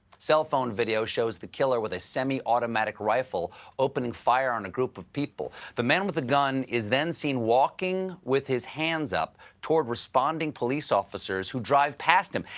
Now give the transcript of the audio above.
cell phone video shows the killer with a semiautomatic rifle opening fire on a group of people. the man with the gun is then seen walking with his hands up toward responding police officers who drive past him.